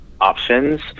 options